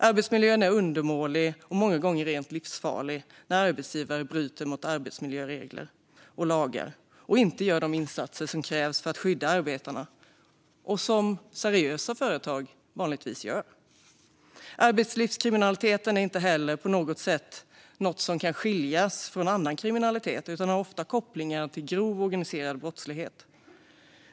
Arbetsmiljön är undermålig och många gånger rent livsfarlig när arbetsgivare bryter mot regler och lagar och inte gör de insatser som krävs för att skydda arbetarna och som seriösa företag vanligtvis gör. Arbetslivskriminaliteten är inte heller åtskild från annan kriminalitet utan har ofta kopplingar till grov organiserad brottslighet.